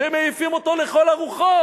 ומעיפים אותו לכל הרוחות.